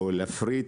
או להפריט.